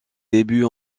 débuts